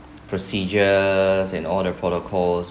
procedures and all the protocols